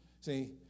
See